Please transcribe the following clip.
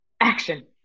action